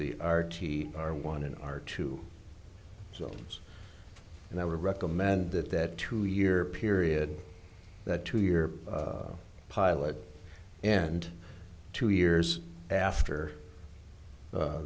the r t r one in our two so and i would recommend that that two year period that two year pilot and two years after